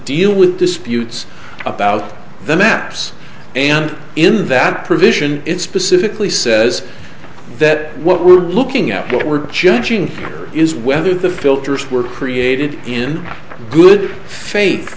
deal with disputes about the maps and in that provision it specifically says that what we're looking at what we're judging here is whether the filters were created in good faith